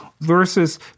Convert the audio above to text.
versus